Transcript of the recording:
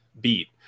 beat